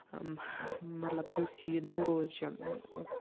مطلب یُس یہِ نوروز چھُ